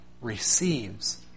receives